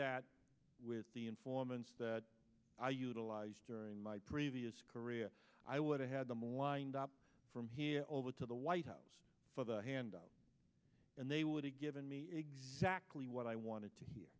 that with the informants that i utilized during my previous career i would have had them lined up from here over to the white house for the handoff and they would have given me exactly what i wanted to hear